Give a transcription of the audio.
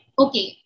okay